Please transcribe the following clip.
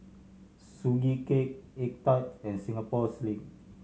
Sugee Cake egg tart and Singapore Sling